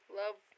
love